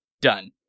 done